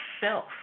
self